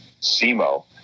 SEMO